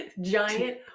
giant